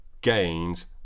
gains